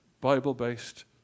Bible-based